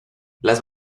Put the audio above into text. las